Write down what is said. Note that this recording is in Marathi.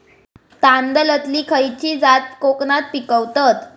तांदलतली खयची जात कोकणात पिकवतत?